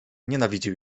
nienawidził